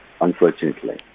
unfortunately